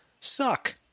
suck